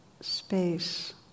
space